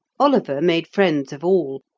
oliver made friends of all,